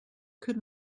could